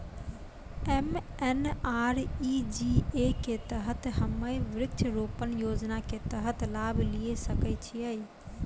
MNREGA के तहत हम्मय वृक्ष रोपण योजना के तहत लाभ लिये सकय छियै?